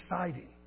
exciting